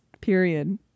period